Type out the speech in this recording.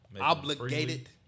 obligated